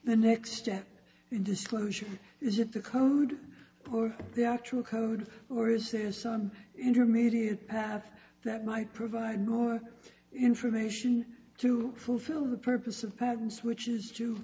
the next step disclosure is that the code or the actual code or is there some intermediate path that might provide more information to fulfill the purpose of patents which is to